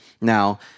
Now